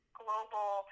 global